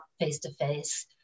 face-to-face